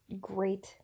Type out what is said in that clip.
great